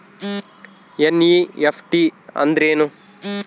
NEFT ಅಂದ್ರೆನು?